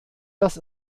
dass